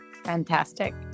Fantastic